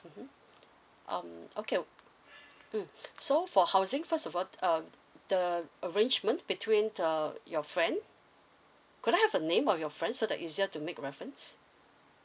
mmhmm um okay mm so for housing first of all uh the arrangement between the your friend could I have the name of your friend so the easier to make reference